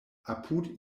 apud